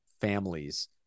families